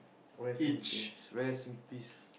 rest in peace rest in peace